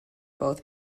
both